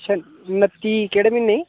अच्छा नत्ती केह्ड़े म्हीने